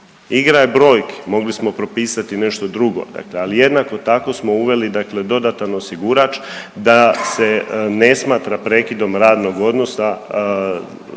Igra je brojki. Mogli smo propisati nešto drugo, dakle ali jednako tako smo uveli dakle dodatan osigurač da se ne smatra prekidom radnog odnosa dakle